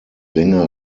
länger